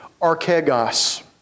archegos